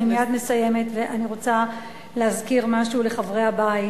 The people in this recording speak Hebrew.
אני מייד מסיימת ואני רוצה להזכיר משהו לחברי הבית.